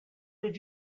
did